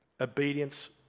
Obedience